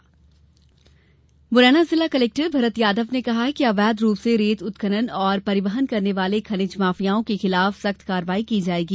रेत उत्खनन कार्रवाई मुरैना जिला कलेक्टर भरत यादव ने कहा है कि अवैध रूप से रेत उत्खनन और परिवहन करने वाले खनिज माफियाओं के खिलाफ सख्त कार्यवाही की जायेगी